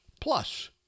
Plus